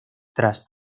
tras